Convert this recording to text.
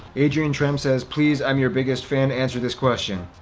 adrientrem says please, i'm your biggest fan, answer this question.